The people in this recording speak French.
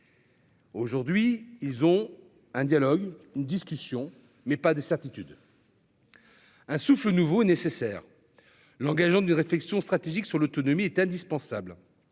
Aujourd'hui ils ont un dialogue, une discussion, mais pas de certitudes. Un souffle nouveau nécessaire l'engagement de réflexion stratégique sur l'autonomie est indispensable,